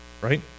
Right